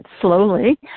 slowly